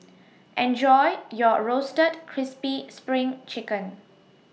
Enjoy your Roasted Crispy SPRING Chicken